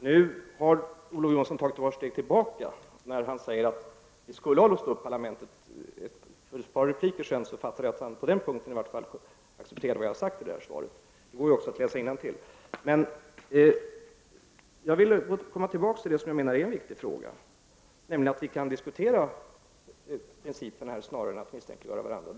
Herr talman! Nu har Olof Johansson tagit ett par steg tillbaka i och med att han säger att vi skulle ha låst parlamentet. För ett par repliker sedan uppfattade jag att han på den punkten i alla fall accepterade vad jag har sagt i svaret. Det går ju också att läsa innantill. Men jag vill komma tillbaka till det som är en viktig fråga, nämligen att vi skall diskutera principerna snarare än att misstänkliggöra varandra.